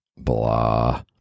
blah